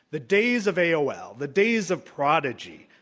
the days of aol, the days of prodigy,